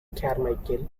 carmichael